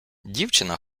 дівчина